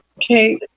Okay